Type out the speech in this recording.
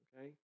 okay